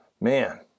man